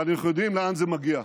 ואנחנו יודעים לאן זה מגיע.